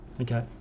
Okay